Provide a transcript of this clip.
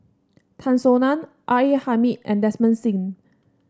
Tan Soo Nan R A Hamid and Desmond Sim